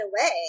away